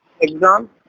exam